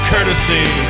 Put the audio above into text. Courtesy